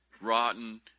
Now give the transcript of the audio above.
rotten